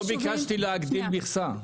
לא ביקשתי להגדיל מכסה.